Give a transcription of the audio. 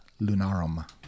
Lunarum